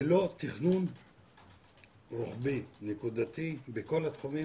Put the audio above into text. ללא תכנון רוחבי נקודתי בכל התחומים,